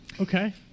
Okay